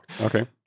okay